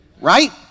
right